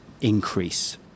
increase